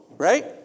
Right